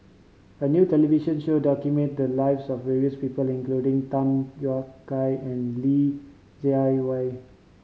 a new television show documented the lives of various people including Tham Yui Kai and Li Jiawei